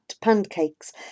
pancakes